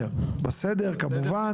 כמובן,